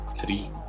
Three